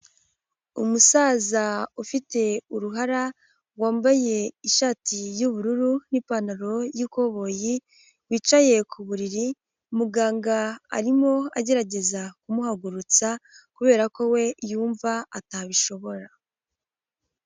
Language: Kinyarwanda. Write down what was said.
Umusaza ufite uruhara, wambaye ishati y'ubururu n'ipantaro y'ikoboyi wicaye ku buriri muganga arimo agerageza kumuhagurutsa kubera ko we yumva atabishobora.